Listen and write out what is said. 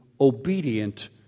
obedient